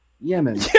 Yemen